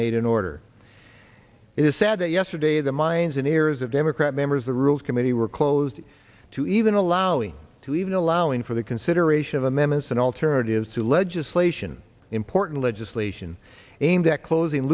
made in order it is sad that yesterday the minds in ears of democrat members the rules committee were closed to even allowing to even allowing for the consideration of amendments and alternatives to legislation important legislation aimed at closing